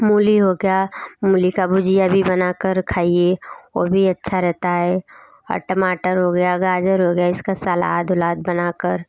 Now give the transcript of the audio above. मुली हो गया मुली की भुजिया भी बना कर खाइए और भी अच्छा रहता है और टमाटर हो गया गाजर हो गया इसका सलाद वलाद बना कर